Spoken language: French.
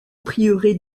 prieuré